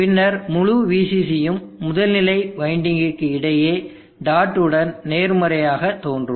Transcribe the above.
பின்னர் முழு VCCயும் முதல் நிலை வைண்டிங்கிற்கு இடையே டாட் உடன் நேர்மறையாக தோன்றும்